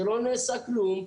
שלא נעשה כלום.